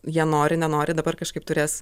jie nori nenori dabar kažkaip turės